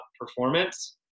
performance